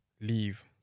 leave